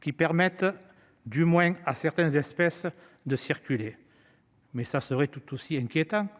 qui permettent, du moins à certaines espèces, de circuler. Or une telle situation est tout aussi inquiétante !